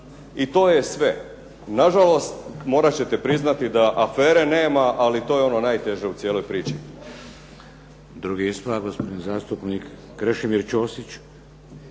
i to je sve. Na žalost, morat ćete priznati da afere nema, ali to je ono najteže u cijeloj priči.